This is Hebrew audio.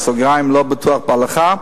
בסוגריים: לא בטוח בהלכה,